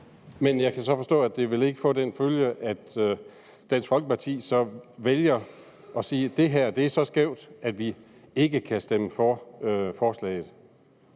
Men jeg kan så forstå, at det ikke vil få den følge, at Dansk Folkeparti så vælger at sige, at det her er så skævt, at de ikke kan stemme for forslaget.